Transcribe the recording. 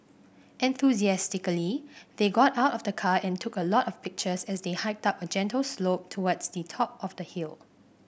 enthusiastically they got out of the car and took a lot of pictures as they hiked up a gentle slope towards the top of the hill